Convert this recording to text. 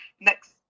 next